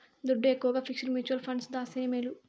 దుడ్డు ఎక్కవగా fixed mutual funds దాస్తేనే మేలు